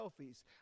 selfies